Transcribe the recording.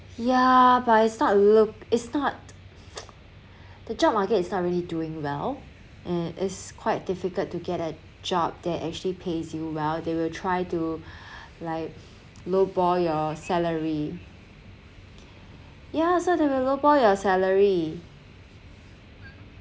ya but it's not it's not the job market is not really doing well and it's quite difficult to get a job that actually pays you well they will try to like low ball your salary ya so the will low ball your salary